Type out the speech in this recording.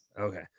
okay